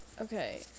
Okay